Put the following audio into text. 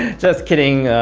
just kidding.